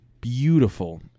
beautiful